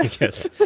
Yes